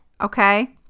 Okay